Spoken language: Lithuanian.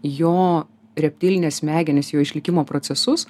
jo reptilinės smegenys jo išlikimo procesus